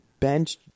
Bench